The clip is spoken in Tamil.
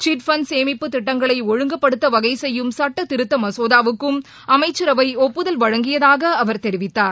சிட் சுமிப்பு திட்டங்களைஒழுங்குப்படுத்தவகைசெய்யும் சட்டத் பண்ட் திருத்தமசோதாவுக்கும் அமைச்சரவைஒப்புதல் வழங்கியதாக அவர் தெரிவித்தார்